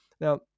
Now